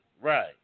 right